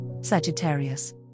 Sagittarius